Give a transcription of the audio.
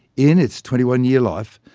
in its twenty one year life,